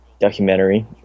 documentary